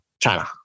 China